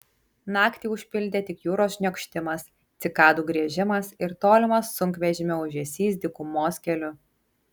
naktį užpildė tik jūros šniokštimas cikadų griežimas ir tolimas sunkvežimio ūžesys dykumos keliu